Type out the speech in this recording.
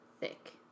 Thick